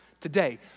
today